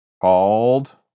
called